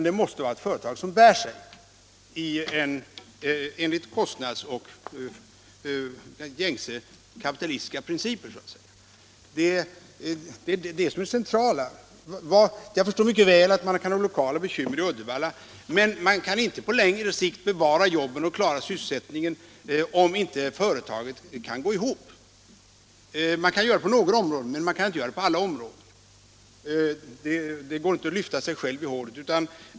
Det måste vara företag som bär sig, enligt gängse kapitalistiska principer så att säga. Det är det som är det centrala. Jag förstår mycket väl att man kan ha lokala bekymmer i Uddevalla, men man kan inte på längre sikt bevara jobben och klara sysselsättningen, om inte företaget kan gå ihop. Man kan göra det på några områden, men man kan inte göra det på alla. Det går inte att lyfta sig själv i håret.